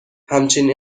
همچین